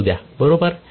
बरोबर